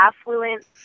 affluent